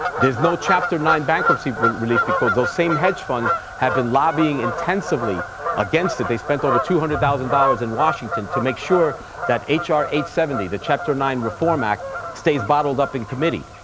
there's no chapter nine bankruptcy for relief because those same hedge funds have been lobbying intensively against it. they spent over two hundred thousand dollars in washington to make sure that h r h seven zero, the chapter nine reform act stays bottled up in committee.